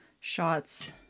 shots